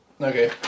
Okay